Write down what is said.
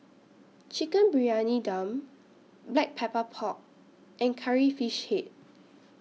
Chicken Briyani Dum Black Pepper Pork and Curry Fish Head